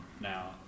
now